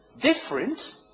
different